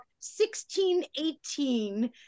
1618